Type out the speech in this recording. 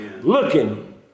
Looking